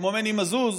כמו מני מזוז,